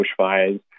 bushfires